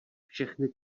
všechny